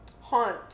haunt